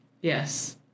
Yes